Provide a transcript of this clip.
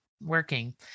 working